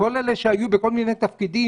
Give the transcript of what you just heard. כל אלה שהיו בכל מיני תפקידים,